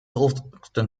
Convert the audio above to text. often